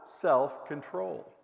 self-control